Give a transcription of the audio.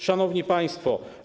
Szanowni Państwo!